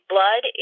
Blood